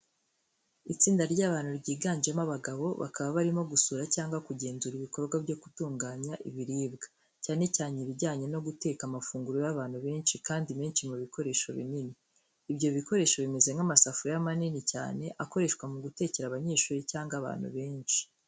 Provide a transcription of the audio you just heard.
Itsinda ry'abantu ryiganjemo abagabo, bakaba barimo gusura cyangwa kugenzura ibikorwa byo gutunganya ibiribwa, cyane cyane ibijyanye no guteka amafunguro y'abantu benshi, kandi menshi mu bikoresho binini. Ibyo bikoresho bimeze nk'amasafuriya manini cyane, akoreshwa mu gutekera abanyeshuri cyangwa abantu benshi.